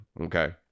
Okay